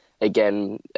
again